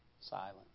Silent